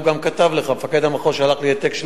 הוא גם כתב לך, מפקד המחוז שלח לי העתק.